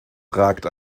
ragt